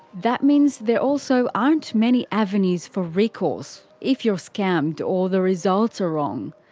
that means there also aren't many avenues for recourse if you're scammed, or the results are wrong.